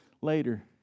later